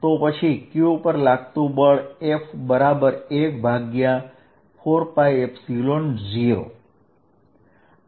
તો પછી q ઉપર લાગતુ બળ F 140 હશે